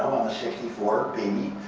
sixty four baby.